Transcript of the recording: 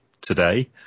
today